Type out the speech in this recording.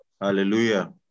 Hallelujah